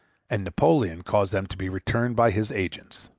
and napoleon caused them to be returned by his agents.